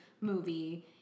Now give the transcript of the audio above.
movie